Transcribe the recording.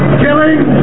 killing